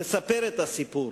לספר את הסיפור,